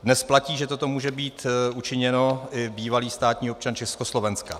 Dnes platí, že toto může být učiněno bývalým státním občanem Československa.